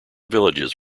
villages